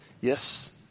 Yes